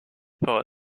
par